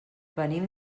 venim